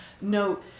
No